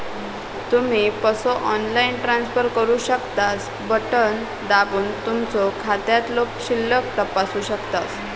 तुम्ही पसो online transfer करू शकतास, बटण दाबून तुमचो खात्यातलो शिल्लक तपासू शकतास